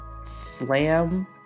Slam